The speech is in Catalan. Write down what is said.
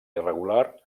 irregular